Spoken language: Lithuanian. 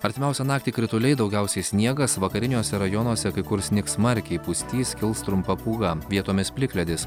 artimiausią naktį krituliai daugiausiai sniegas vakariniuose rajonuose kai kur snigs smarkiai pustys kils trumpa pūga vietomis plikledis